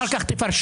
אחר כך תפרשן.